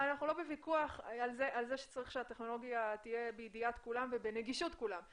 אנחנו לא בוויכוח על זה שהטכנולוגיה תהיה בידיעת כולם ובנגישות כולם.